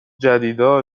جدیدا